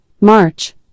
march